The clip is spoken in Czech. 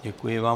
Děkuji vám.